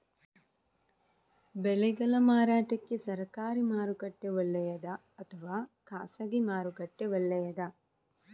ಬೆಳೆಗಳ ಮಾರಾಟಕ್ಕೆ ಸರಕಾರಿ ಮಾರುಕಟ್ಟೆ ಒಳ್ಳೆಯದಾ ಅಥವಾ ಖಾಸಗಿ ಮಾರುಕಟ್ಟೆ ಒಳ್ಳೆಯದಾ